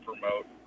promote